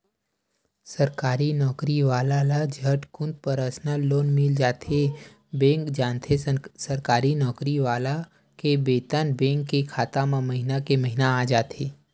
सरकारी नउकरी वाला ल झटकुन परसनल लोन मिल जाथे बेंक जानथे सरकारी नउकरी वाला के बेतन बेंक के खाता म महिना के महिना आ जाथे